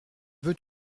veux